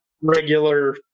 regular